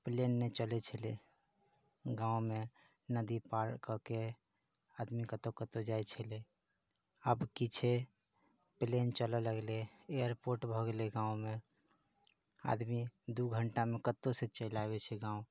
plane नहि चलै छलै गाँवमे नदी पार कऽ के आदमी कतौ कतौ जाइ छलै आब की छै प्लेन चलऽ लगलै एअरपोर्ट भऽ गेलै गाँवमे आदमी दू घंटामे कतौ सऽ चलि आबै छै गाँव